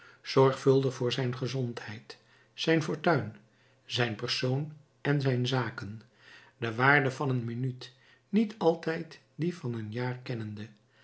zorgvuldig voor zijn gezondheid zijn fortuin zijn persoon en zijn zaken de waarde van een minuut niet altijd die van een jaar kennende